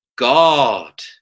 God